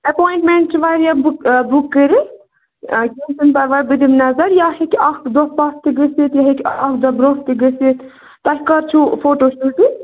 appointment چھِ واریاہ book book کٔرِتھ آ کیٚنٛہہ چھُ نہٕ پَرواے بہٕ دِمہٕ نَظَر یا ہیٚکہِ اکَھ دۄہ پتھ تہِ گٔژھِتھ یا ہیٚکہِ اکھ دۄہ برٛونٛٹھ تہِ گٔژھِتھ تۅہہِ کر چھُو فَوٹوٗ شوٗٹِنٛگ